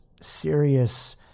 serious